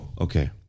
okay